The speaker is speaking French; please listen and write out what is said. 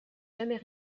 jamais